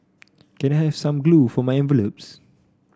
can I have some glue for my envelopes